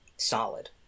Solid